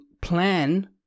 plan